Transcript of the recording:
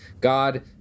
God